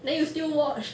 then you still watch